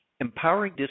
Empowering